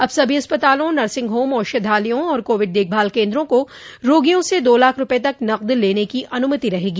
अब सभी अस्पतालों नर्सिंग होम औषधालयों और कोविड देखभाल केन्द्रों को रोगियों से दो लाख रूपये तक नकद लेने की अनुमति हागी